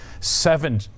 seven